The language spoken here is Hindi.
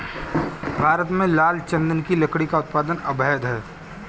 भारत में लाल चंदन की लकड़ी का उत्पादन अवैध है